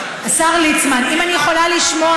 השר ליצמן, אני רוצה לשמוע